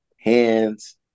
hands